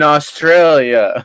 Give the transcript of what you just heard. Australia